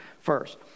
first